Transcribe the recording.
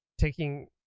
taking